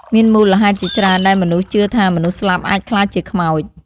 មានមូលហេតុជាច្រើនដែលមនុស្សជឿថាមនុស្សស្លាប់អាចក្លាយជាខ្មោច។